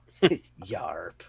yarp